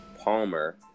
Palmer